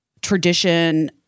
tradition